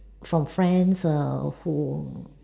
from friends err who